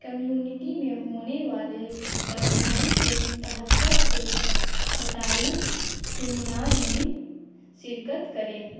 community میں ہونے والے توانائی کے تحفظ سے متعلق سمینار میں شرکت کریں